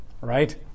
right